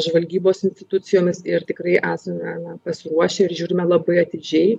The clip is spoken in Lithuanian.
žvalgybos institucijomis ir tikrai esame na pasiruošę ir žiūrime labai atidžiai